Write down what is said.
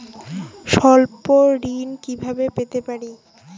স্বল্প ঋণ কিভাবে পেতে পারি?